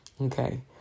Okay